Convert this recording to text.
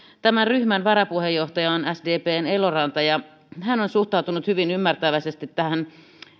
tämän ryhmän varapuheenjohtaja on sdpn eloranta ja hän on suhtautunut hyvin ymmärtäväisesti näihin